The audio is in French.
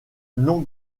non